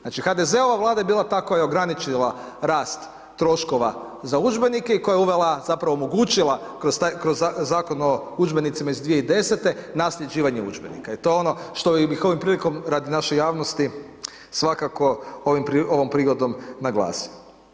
Znači HDZ-ova Vlada je bila ta koja je ograničila rast troškova za udžbenike i koja je uvela zapravo omogućila kroz Zakon o udžbenicima iz 2010. nasljeđivanje udžbenika i to je ono što bih ovom prilikom radi naše javnosti svakako ovom prigodom naglasio.